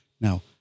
Now